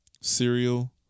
Cereal